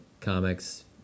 comics